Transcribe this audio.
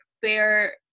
fair